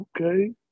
Okay